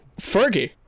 fergie